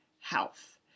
health